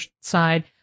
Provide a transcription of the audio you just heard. side